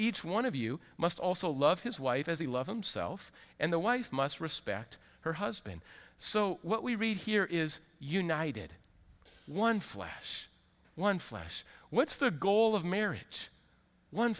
each one of you must also love his wife as they love him self and the wife must respect her husband so what we read here is united one flash one flesh what's the goal of marriage one